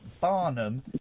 Barnum